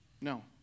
No